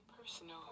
personal